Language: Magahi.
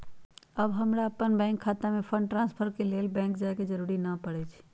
अब हमरा अप्पन बैंक खता में फंड ट्रांसफर के लेल बैंक जाय के जरूरी नऽ परै छइ